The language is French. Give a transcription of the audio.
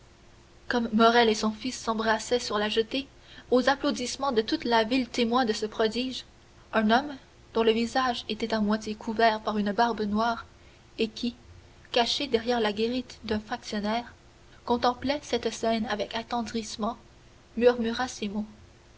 comme morrel et son fils s'embrassaient sur la jetée aux applaudissements de toute la ville témoin de ce prodige un homme dont le visage était à moitié couvert par une barbe noire et qui caché derrière la guérite d'un factionnaire contemplait cette scène avec attendrissement